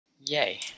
Yay